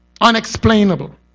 unexplainable